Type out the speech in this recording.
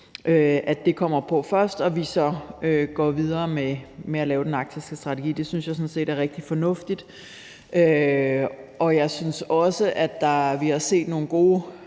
de ønsker det, og at vi så går videre med at lave den arktiske strategi. Det synes jeg sådan set er rigtig fornuftigt. Jeg synes også, at vi har set nogle gode